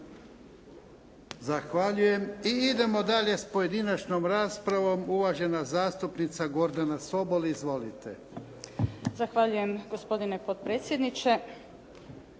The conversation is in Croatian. Zahvaljujem. I idemo dalje s pojedinačnom raspravom. Uvažena zastupnica Gordana Sobol. Izvolite. **Sobol, Gordana (SDP)** Zahvaljujem gospodine potpredsjedniče.